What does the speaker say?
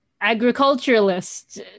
agriculturalist